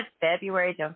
February